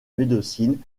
médecine